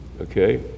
Okay